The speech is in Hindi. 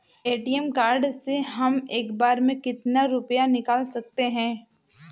ए.टी.एम कार्ड से हम एक बार में कितना रुपया निकाल सकते हैं?